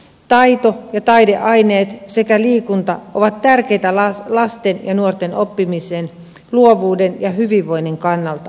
taito ja taideaineet sekä liikunta ovat tärkeitä lasten ja nuorten oppimisen luovuuden ja hyvinvoinnin kannalta